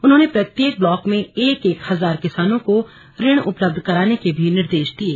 उन्होंने प्रत्येक ब्लाक में एक एक हजार किसानों को ऋण उपलब्ध कराने के भी निर्देश दिये